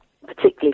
particularly